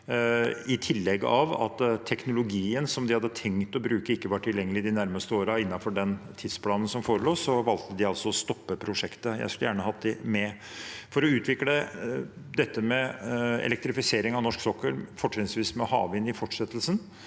i tillegg til at teknologien som de hadde tenkt å bruke, ikke var tilgjengelig de nærmeste årene innenfor den tidsplanen som forelå, valgte de altså å stoppe prosjektet. Jeg skulle gjerne hatt dem med. For å utvikle dette med elektrifisering av norsk sokkel, fortrinnsvis med havvind i fortsettelsen,